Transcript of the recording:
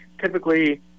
typically